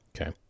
Okay